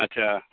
आटसा